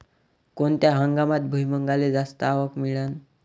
कोनत्या हंगामात भुईमुंगाले जास्त आवक मिळन?